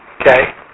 Okay